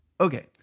okay